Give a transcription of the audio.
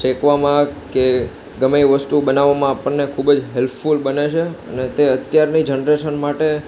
શેકવામાં કે ગમે તે વસ્તુ બનાવવામાં આપણને ખૂબજ હેલ્પફૂલ બને છે અને તે અત્યારની જનરેશન માટે